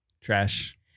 trash